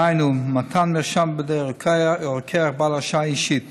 דהיינו מתן מרשם בידי רוקח בעל הרשאה אישית.